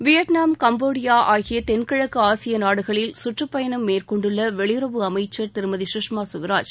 Vietnam Cambodia ஆகிய தென்கிழக்கு ஆசிய நாடுகளில் சுற்றுப் பயணம் மேற்கொண்டுள்ள வெளியுறவுத் துறை அமைச்சர் திருமதி சுஷ்மா ஸ்வராஜ்